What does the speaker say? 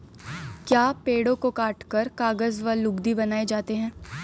क्या पेड़ों को काटकर कागज व लुगदी बनाए जाते हैं?